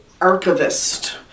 archivist